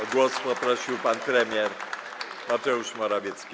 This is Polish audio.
O głos poprosił pan premier Mateusz Morawiecki.